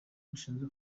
rushinzwe